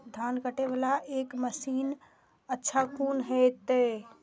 धान कटे वाला एक अच्छा मशीन कोन है ते?